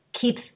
keeps